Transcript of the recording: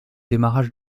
démarrage